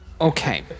Okay